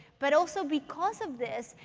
but also, because of this,